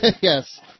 Yes